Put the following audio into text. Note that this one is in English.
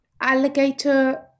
Alligator